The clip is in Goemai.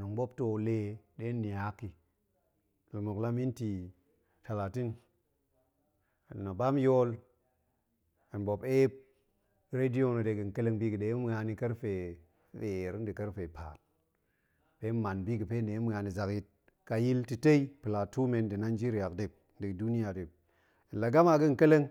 tong ɓuop to le ɗe hen niak i pue muk la minti talatin, hen la bam yool, hen ɓuop ep radio na̱ de ga̱ ƙeleng bi ga̱ ɗe ma̱an ni karfe feer nda̱ karfe paat ɗe hen man bi ga̱ fe ɗe ma̱an i zakyit ƙa yil plato men nda̱ nigeria hok dip nda̱ duniya dip. la gama ga̱n ƙeleng